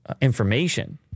information